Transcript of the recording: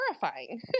terrifying